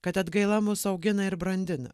kad atgaila mus augina ir brandina